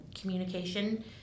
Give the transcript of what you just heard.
communication